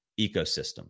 ecosystem